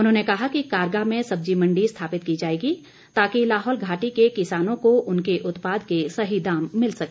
उन्होंने कहा कि कारगा में सब्जी मंडी स्थापित की जाएगी ताकि लाहौल घाटी के किसानों को उनके उत्पाद के सही दाम मिल सके